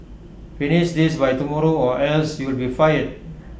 finish this by tomorrow or else you'll be fired